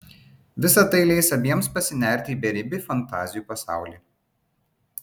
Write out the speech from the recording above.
visa tai leis abiems pasinerti į beribį fantazijų pasaulį